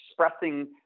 expressing